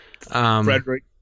Frederick